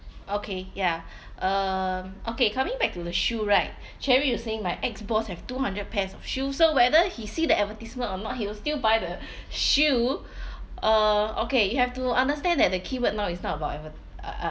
okay ya err okay coming back to the shoe right cherry you're saying my ex-boss have two hundred pairs of shoes so whether he see the advertisement or not he will still buy the shoe uh okay you have to understand that the keyword now it's not about advert